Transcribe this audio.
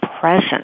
present